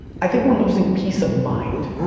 i think we're losing peace of mind.